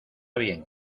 bien